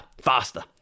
faster